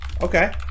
Okay